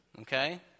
okay